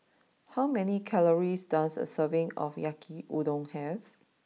how many calories does a serving of Yaki Udon have